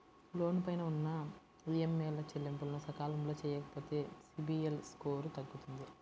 లోను పైన ఉన్న ఈఎంఐల చెల్లింపులను సకాలంలో చెయ్యకపోతే సిబిల్ స్కోరు తగ్గుతుంది